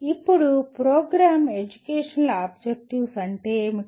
ఇప్పుడు program educational objectives అంటే ఏమిటి